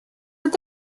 with